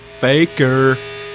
baker